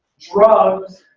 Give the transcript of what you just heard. drugs.